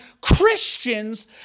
Christians